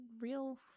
real